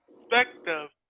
perspective.